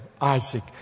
Isaac